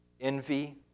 envy